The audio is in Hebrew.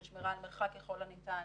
של שמירת מרחק ככל הניתן,